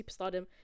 superstardom